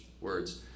words